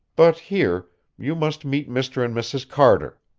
but here you must meet mr. and mrs. carter.